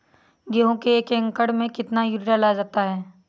गेहूँ के एक एकड़ में कितना यूरिया डाला जाता है?